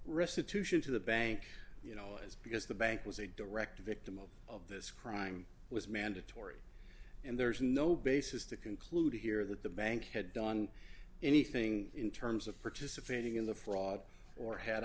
restitution to the bank you know is because the bank was a direct victim of of this crime was mandatory and there's no basis to conclude here that the bank had done anything in terms of participating in the fraud or had